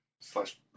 slash